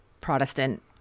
Protestant